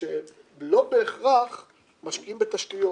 שלא בהכרח משקיעים בתשתיות.